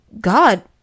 God